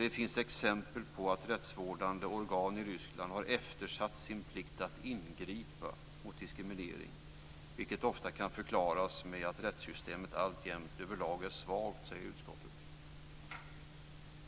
Det finns exempel på hur rättsvårdande organ i Ryssland eftersatt sin plikt att ingripa mot diskriminering, vilket ofta kan förklaras med att rättssystemet alltjämt överlag är svagt utvecklat.